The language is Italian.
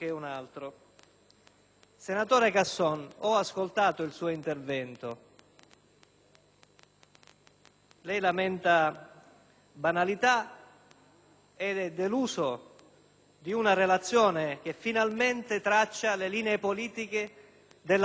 Senatore Casson, ho ascoltato il suo intervento: lei lamenta banalità ed è deluso di una relazione che finalmente traccia le linee politiche dell'azione che